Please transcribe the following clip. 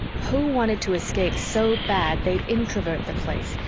who wanted to escape so bad they'd introvert the place,